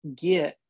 get